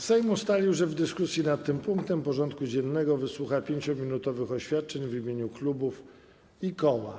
Sejm ustalił, że w dyskusji nad tym punktem porządku dziennego wysłucha 5-minutowych oświadczeń w imieniu klubów i koła.